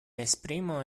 esprimo